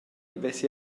vess